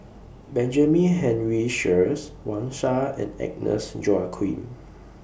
Benjamin Henry Sheares Wang Sha and Agnes Joaquim